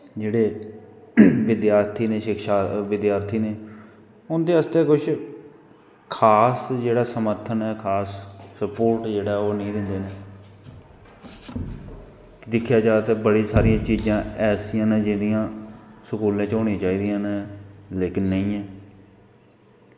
जेह्ड़े विधार्थी न शिक्षा विधार्थी उंदे आस्तै किश खास जेह्ड़ा समर्थन खास स्पोर्ट जेह्ड़ा ओह् नेंई दिंदे न दिक्खेआ जा ते बड़ियां सारियां चीजां ऐसियां न जेह्ड़ियां स्कूलें च होनियां चाही दियां न लेकिन नेंई हैन